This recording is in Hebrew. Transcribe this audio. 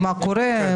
מה קורה,